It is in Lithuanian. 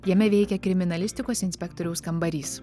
jame veikia kriminalistikos inspektoriaus kambarys